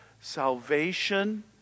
salvation